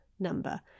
number